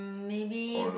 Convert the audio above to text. maybe